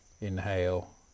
inhale